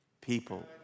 People